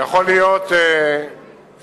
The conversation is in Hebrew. יש זמן,